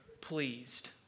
pleased